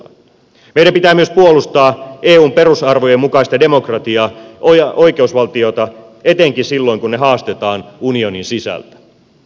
meidän pitää myös puolustaa eun perusarvojen mukaista demokratiaa oikeusvaltiota etenkin silloin kun ne haastetaan unionin sisältä